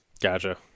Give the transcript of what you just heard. Gotcha